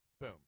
Boom